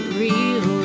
real